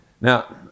Now